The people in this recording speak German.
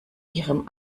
ihrem